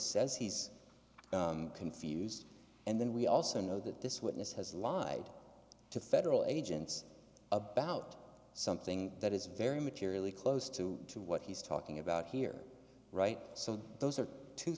says he's confused and then we also know that this witness has lied to federal agents about something that is very materially close to to what he's talking about here right so those are two